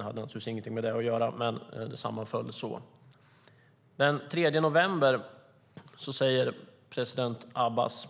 Det hade naturligtvis inget med det att göra, men det sammanföll så. Den 3 november säger president Abbas,